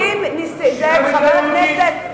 בשביל מה מדינה יהודית?